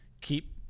keep